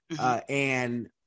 and-